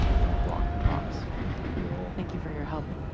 don't block box bill. thank you for your help.